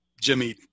Jimmy